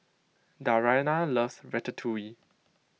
Dariana loves Ratatouille